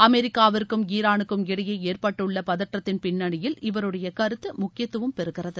அமெரிக்காவிற்கும் ஈரானுக்கும் இடையே ஏற்பட்டுள்ள பதற்றத்தின் பின்னணியில் இவருடைய கருத்து முக்கியத்துவம் பெறுகிறது